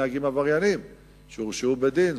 הם נהגים עבריינים שהורשעו בדין,